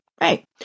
Right